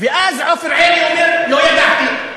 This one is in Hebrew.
ואז עופר עיני אומר: לא ידעתי.